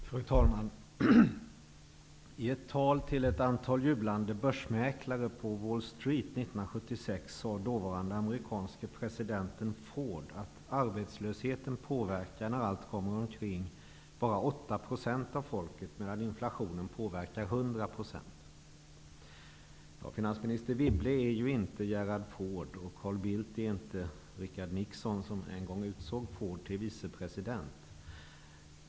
Fru talman! I ett tal till ett antal jublande börsmäklare på Wall Street 1976 sade dåvarande amerikanske presidenten Ford att arbetslösheten påverkar när allt kommer omkring bara 8 % av folket medan inflationen påverkar 100 %. Finansminister Wibble är inte Gerald Ford, och Carl Bildt är inte Richard Nixon, som utsåg Ford till vicepresident.